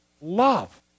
love